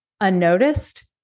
unnoticed